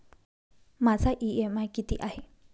माझा इ.एम.आय किती आहे?